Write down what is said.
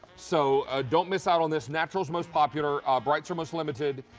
so don't miss out on this. natural's most popular. ah brights are most limited.